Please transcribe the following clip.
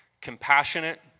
compassionate